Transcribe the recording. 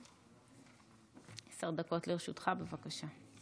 עשר דקות לרשותך, בבקשה.